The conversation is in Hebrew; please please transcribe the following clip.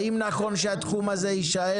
האם זה נכון שהתחום הזה יישאר?